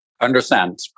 Understand